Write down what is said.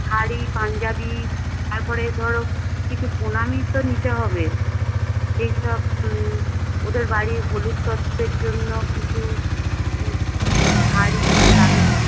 শাড়ি পাঞ্জাবী তারপরে ধরো কিছু প্রণামির তো নিতে হবে সেই সব ওদের বাড়ির হলুদ তত্ত্বের জন্য কিছু ফুল শাড়ি তারপরে